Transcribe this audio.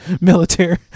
military